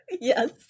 Yes